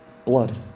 Blood